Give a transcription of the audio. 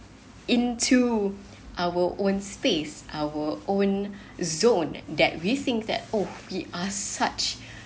into our own space our own zone that we think that oh we are such